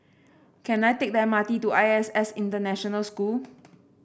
can I take the M R T to I S S International School